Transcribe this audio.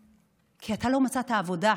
כי אתה לא מצאת עבודה.